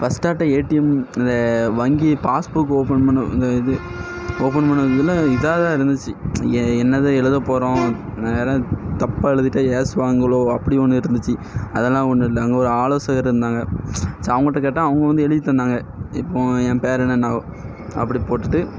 ஃபஸ்ட்டாட்டம் ATM இந்த வங்கி passbook open பண்ண இந்த இது ஓபன் பண்ணதுக்கு பின்ன இதைதான் இருந்துச்சு எ என்னத்த எழுத போகிறோம் நான் எதுவும் தப்பாக எழுதிட்டா ஏசுவாங்களோ அப்படி ஒன்று இருந்துச்சு அதெலாம் ஒன்றும் இல்லை அங்கே ஒரு ஆலோசகர் இருந்தாங்க சரி அவங்கள்ட கேட்டால் அவங்க வந்து எழுதி தந்தாங்க இப்போது என் பேர் என்ன அப்படி போட்டுட்டு